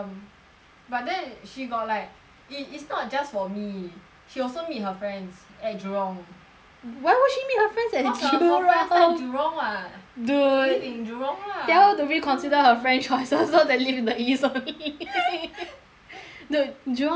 but then she got like it it's not just for me she also meet her friends at jurong why would she meet her friends at jurong cause her friends all jurong [what] dude live in jurong lah tell her to reconsider her friend choices so they live in the east only dude jurong it's like